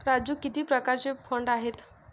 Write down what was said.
राजू किती प्रकारचे फंड आहेत?